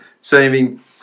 saving